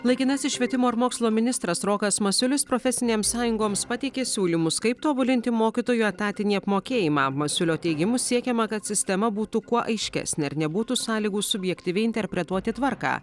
laikinasis švietimo ir mokslo ministras rokas masiulis profesinėms sąjungoms pateikė siūlymus kaip tobulinti mokytojų etatinį apmokėjimą masiulio teigimu siekiama kad sistema būtų kuo aiškesnė ir nebūtų sąlygų subjektyviai interpretuoti tvarką